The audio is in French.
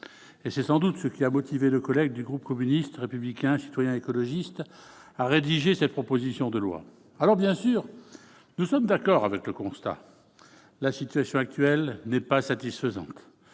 ... C'est sans doute ce qui a motivé nos collègues du groupe communiste républicain citoyen et écologiste à rédiger ce texte. Bien sûr, nous sommes d'accord sur le constat : la situation actuelle n'est pas satisfaisante.